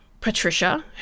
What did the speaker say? Patricia